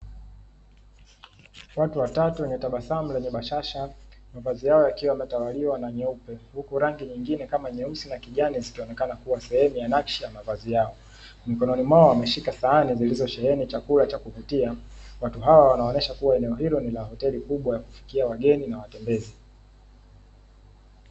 Watu watatu wenye tabasamu lenye bashasha, mavazi yao yakiwa yametawaliwa na nyeupe huku rangi nyingine kama nyeusi na kijani zikionekana sehemu ya nakshi ya mavazi yao. Mikononi mwao wameshika sahani zilizo sheheni chakula cha kuvutia, watu hawa wanaonyesha eneo hilo ni la hoteli kubwa ya kufikia wageni na watembezi.